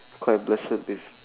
quite blessed with